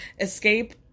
escape